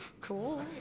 cool